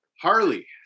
Harley